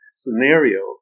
scenario